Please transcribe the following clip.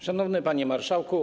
Szanowny Panie Marszałku!